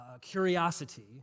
curiosity